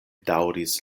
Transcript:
daŭris